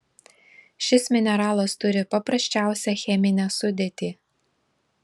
šis mineralas turi paprasčiausią cheminę sudėtį